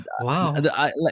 Wow